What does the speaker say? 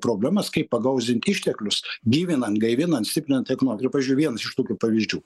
problemas kaip pagauzint išteklius gyvinant gaivinant stiprinant ekono ir pažiui vienas iš tokių pavyzdžių